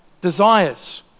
desires